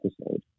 episode